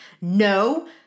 No